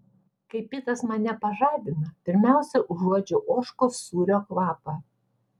kai pitas mane pažadina pirmiausia užuodžiu ožkos sūrio kvapą